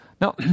Now